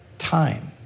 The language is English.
time